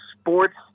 Sports